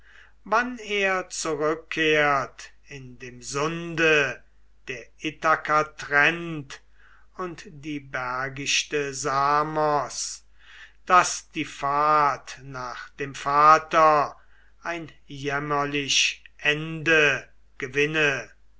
wann er zurückkehrt in dem sunde der ithaka trennt und die bergichte samos daß die fahrt nach dem vater ein jämmerlich ende gewinne